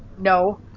No